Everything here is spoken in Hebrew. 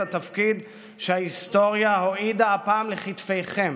התפקיד שההיסטוריה הועידה הפעם לכתפיכם.